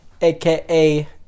AKA